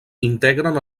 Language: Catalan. integren